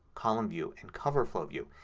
column view, and coverflow view.